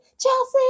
Chelsea